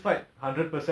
orh